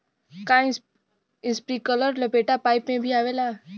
का इस्प्रिंकलर लपेटा पाइप में भी आवेला?